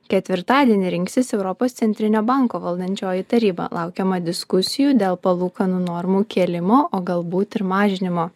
ketvirtadienį rinksis europos centrinio banko valdančioji taryba laukiama diskusijų dėl palūkanų normų kėlimo o galbūt ir mažinimo